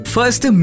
First